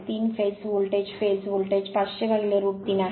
3 phase voltage phase voltage 500 root 3 आहे